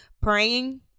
praying